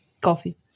Coffee